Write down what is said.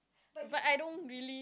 but I don't really